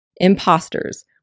Imposters